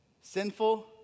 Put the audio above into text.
sinful